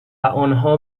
آنها